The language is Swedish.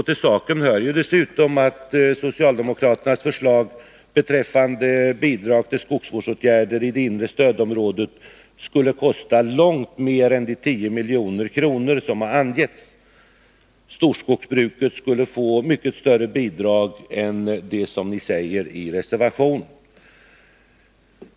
Till saken hör dessutom att socialdemokraternas förslag beträffande bidrag till skogsvårdsåtgärder i det inre stödområdet skulle kosta långt mer än de 10 miljoner som har angetts. Storskogsbruket skulle få mycket större bidrag än det som anförts i reservationen.